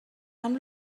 amb